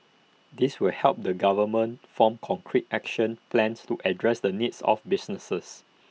this will help the government form concrete action plans to address the needs of businesses